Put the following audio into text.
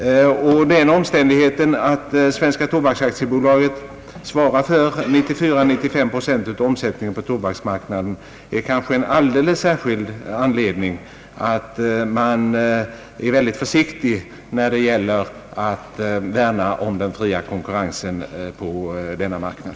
Den omständigheten att Svenska tobaksaktiebolaget svarar för 94 å 95 procent av omsättningen på tobaksmarknaden är kanske en alldeles särskild anledning att vara försiktig när det gäller att värna om den fria konkurrensen på denna marknad.